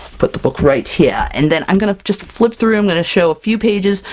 put the book right here, and then i'm going to just flip through, i'm going to show a few pages,